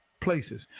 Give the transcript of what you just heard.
places